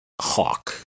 Hawk